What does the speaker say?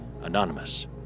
anonymous